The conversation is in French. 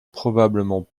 probablement